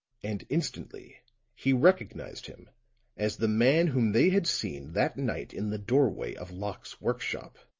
and instantly he recognized him as the man whom they had seen that night in the doorway of locke's workshop.